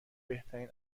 بهترین